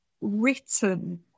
written